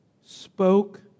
spoke